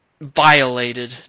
violated